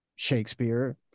Shakespeare